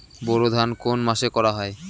বোরো ধান কোন মাসে করা হয়?